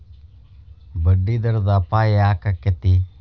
ಬಡ್ಡಿದರದ್ ಅಪಾಯ ಯಾಕಾಕ್ಕೇತಿ?